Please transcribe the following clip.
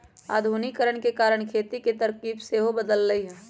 आधुनिकीकरण के कारण खेती के तरकिब सेहो बदललइ ह